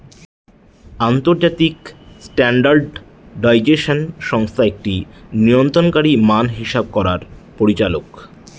আন্তর্জাতিক স্ট্যান্ডার্ডাইজেশন সংস্থা একটি নিয়ন্ত্রণকারী মান হিসাব করার পরিচালক